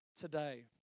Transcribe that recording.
today